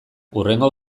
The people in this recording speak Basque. hurrengo